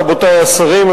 רבותי השרים,